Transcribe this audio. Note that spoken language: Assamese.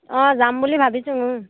অঁ যাম বুলি ভাবিছোঁ